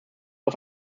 auf